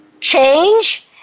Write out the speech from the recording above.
change